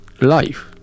life